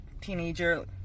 teenager